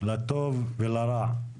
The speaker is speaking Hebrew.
לטוב ולרע.